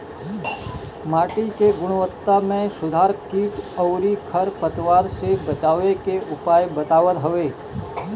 माटी के गुणवत्ता में सुधार कीट अउरी खर पतवार से बचावे के उपाय बतावत हवे